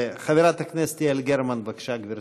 חברת הכנסת יעל גרמן, בבקשה, גברתי.